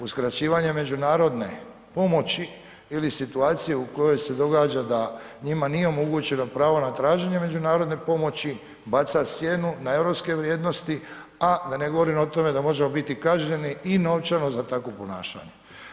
Uskraćivanje međunarodne pomoći ili situacije u kojoj se događa da njima nije omogućeno pravo na traženje međunarodne pomoći, baca sjenu na europske vrijednosti, a da ne govorim o tome da možemo biti kažnjeni i novčano za takvo ponašanje.